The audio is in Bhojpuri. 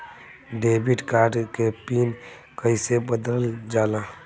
डेबिट कार्ड के पिन कईसे बदलल जाला?